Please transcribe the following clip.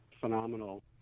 phenomenal